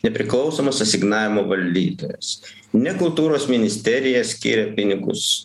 nepriklausomas asignavimo valdytojas ne kultūros ministerija skiria pinigus